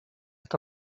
que